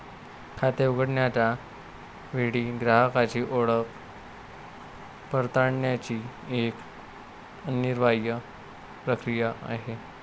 खाते उघडण्याच्या वेळी ग्राहकाची ओळख पडताळण्याची एक अनिवार्य प्रक्रिया आहे